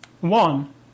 One